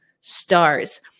Stars